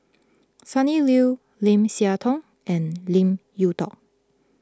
Sonny Liew Lim Siah Tong and Lim Yew tall